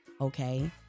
Okay